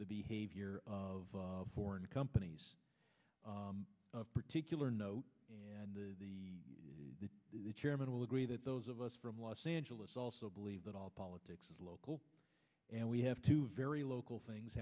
the behavior of foreign companies of particular note that the chairman will agree that those of us from los angeles also believe that all politics is local and we have two very local things